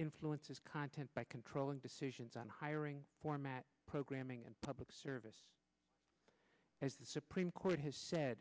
influence is content by controlling decisions on hiring format programming and public service as the supreme court has said